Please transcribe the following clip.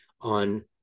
on